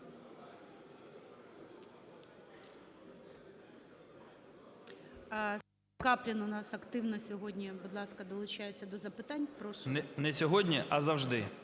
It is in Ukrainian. Не сьогодні, а завжди.